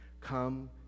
Come